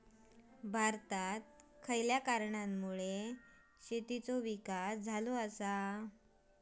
भारतात खयच्या कारणांमुळे शेतीचो विकास झालो हा?